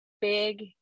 big